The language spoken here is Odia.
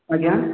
ଆଜ୍ଞା